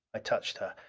i touched her.